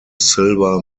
silver